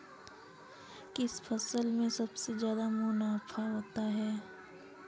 किस फसल में सबसे जादा मुनाफा होता है?